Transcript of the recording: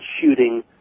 shooting